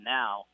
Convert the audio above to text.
now